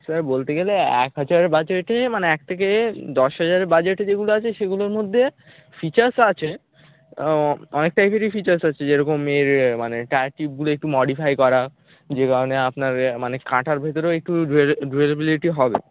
sir বলতে গেলে এক হাজারের বাজেটে মানে এক থেকে দশ হাজারের বাজেটে যেগুলো আছে সেগুলোর মধ্যে ফিচার্স আছে অনেক টাইপেরই ফিচার্স আছে যেরকম এর মানে টায়ার টিউবগুলো একটু মডিফাই করা যে কারণে আপনার এ মানে কাঁটার ভেতরেও একটু ডিউরেবেলিটি হবে